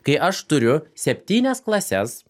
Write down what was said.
kai aš turiu septynias klases